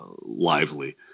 lively